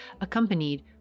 accompanied